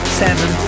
seven